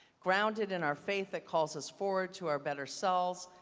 grounded in our faith that calls us forward to our better selves,